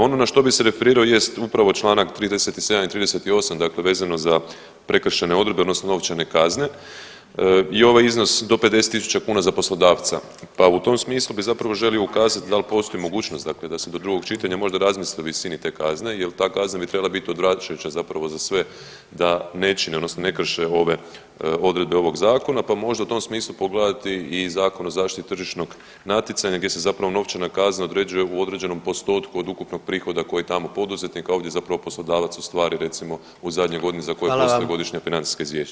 Ono na što bih se referirao jest upravo čl. 37. i 38., dakle vezano za prekršajne odredbe odnosno novčane kazne i ovaj iznos do 50.000 kuna za poslodavca, pa u tom smislu bi zapravo želio ukazat dal postoji mogućnost dakle da se do drugog čitanja možda razmisli o visini te kazne jel ta kazna bi trebala bit odvraćajuća zapravo za sve da ne čine odnosno ne krše ove odredbe ovog zakona, pa možda u tom smislu pogledati i Zakon o zaštiti tržišnog natjecanja gdje se zapravo novčana kazna određuje u određenom postotku od ukupnog prihoda koji tamo poduzetnik, a ovdje zapravo poslodavac ostvari recimo u zadnjoj godini za koju postoji godišnja financijska izvješća.